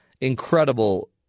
incredible